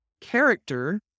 character